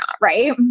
right